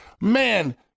man